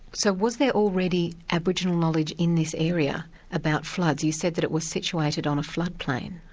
so was there already aboriginal knowledge in this area about floods? you said that it was situated on a floodplain?